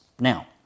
Now